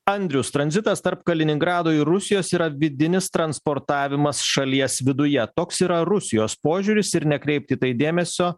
andrius tranzitas tarp kaliningrado ir rusijos yra vidinis transportavimas šalies viduje toks yra rusijos požiūris ir nekreipti dėmesio